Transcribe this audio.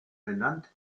benannt